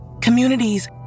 Communities